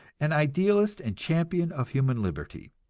an idealist and champion of human liberty.